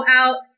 out